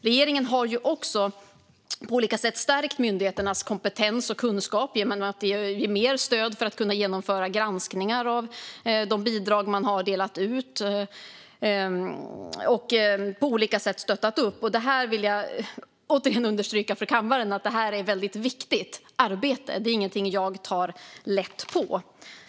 Regeringen har på olika sätt stärkt myndigheternas kompetens och kunskap genom att ge mer stöd till att genomföra granskningar av de bidrag man har delat ut och genom att stötta på olika sätt. Jag vill återigen understryka för kammaren att det här är ett väldigt viktigt arbete. Det är ingenting jag tar lätt på.